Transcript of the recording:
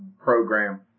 program